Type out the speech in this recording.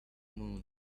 moon